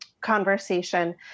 conversation